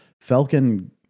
Falcon